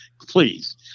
please